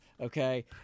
okay